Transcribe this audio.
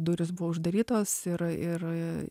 durys buvo uždarytos ir ir